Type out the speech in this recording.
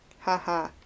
haha